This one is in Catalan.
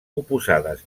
oposades